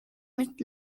mit